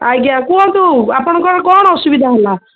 ଆଜ୍ଞା କୁହଁନ୍ତୁ ଆପଣଙ୍କର କ'ଣ ଅସୁବିଧା ହେଲା